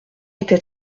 était